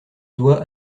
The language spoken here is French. doigts